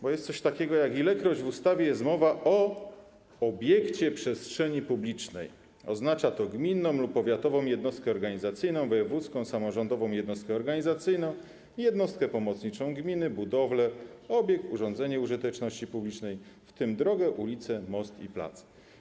Bo jest coś takiego: Ilekroć w ustawie jest mowa o obiekcie przestrzeni publicznej, oznacza to gminną lub powiatową jednostkę organizacyjną, wojewódzką samorządową jednostkę organizacyjną, jednostkę pomocniczą gminy, budowlę, obiekt, urządzenie użyteczności publicznej, w tym drogę, ulicę, most i plac.